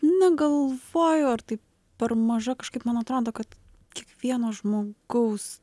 negalvoju ar tai per maža kažkaip man atrodo kad kiekvieno žmogaus